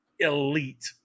Elite